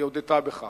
היא הודתה בכך.